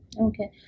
okay